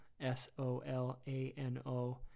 S-O-L-A-N-O